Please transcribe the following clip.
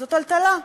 זו טלטלה,